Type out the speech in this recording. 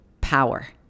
power